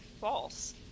False